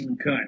Okay